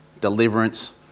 deliverance